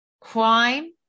crime